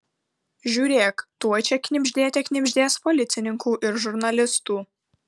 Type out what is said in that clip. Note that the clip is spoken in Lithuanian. žiūrėk tuoj čia knibždėte knibždės policininkų ir žurnalistų